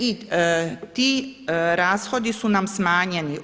I ti rashodi su nam smanjeni.